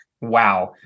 wow